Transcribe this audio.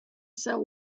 cell